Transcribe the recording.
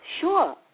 Sure